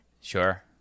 Sure